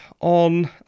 on